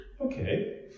Okay